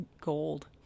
gold